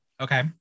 Okay